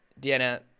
Deanna